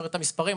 בתאריכים שציינת.